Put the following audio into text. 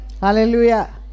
Hallelujah